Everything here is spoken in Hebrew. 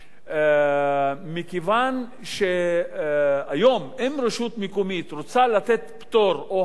מכיוון שהיום אם רשות מקומית רוצה לתת פטור או הנחה בארנונה